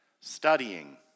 studying